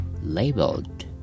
labeled